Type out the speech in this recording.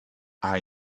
are